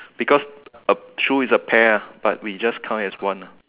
because a shoe is a pair ah but we just count it as one ah